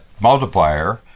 Multiplier